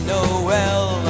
Noel